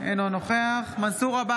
אינו נוכח מנסור עבאס,